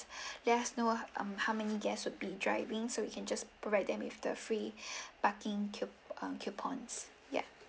let us know um how many guests would be driving so we can just provide them with the free parking cou~ um coupons yup